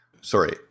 Sorry